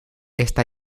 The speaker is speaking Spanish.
está